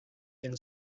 and